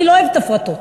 אני לא אוהבת הפרטות,